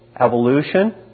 evolution